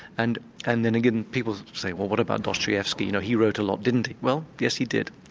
and and then again people say well what about dostoevsky, you know, he wrote a lot didn't he? well yes, he did.